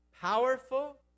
Powerful